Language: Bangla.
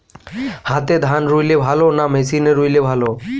হাতে ধান রুইলে ভালো না মেশিনে রুইলে ভালো?